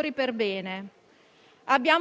di famiglia,